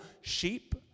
Sheep